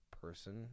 person